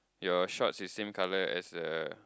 your shorts is same colour as the